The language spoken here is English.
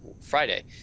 Friday